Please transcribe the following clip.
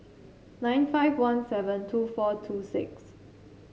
nine five one seven two four two six